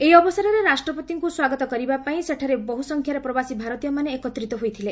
ଏହି ଅବସରରେ ରାଷ୍ଟ୍ରପତିଙ୍କୁ ସ୍ୱାଗତ କରିବାପାଇଁ ସେଠାରେ ବହୁ ସଂଖ୍ୟାରେ ପ୍ରବାସୀ ଭାରତୀୟମାନେ ଏକତ୍ରୀତ ହୋଇଥିଲେ